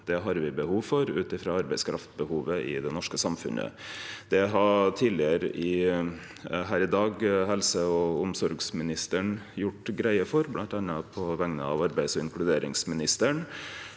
Det har me behov for ut frå arbeidskraftbehovet i det norske samfunnet. Det har helse- og omsorgsministeren gjort greie for tidlegare her i dag, bl.a. på vegner av arbeids- og inkluderingsministeren.